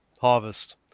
harvest